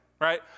right